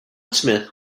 smith